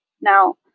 now